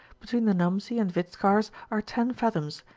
between the namsi and vit skars are ten fathoms,